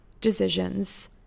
decisions